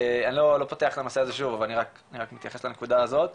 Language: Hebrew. אני לא פותח את הנושא הזה שוב אבל אני רק מתייחס לנקודה הזאת,